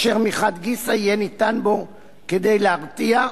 אשר מחד גיסא יהיה בו כדי להרתיע,